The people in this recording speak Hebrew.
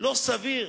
לא סביר.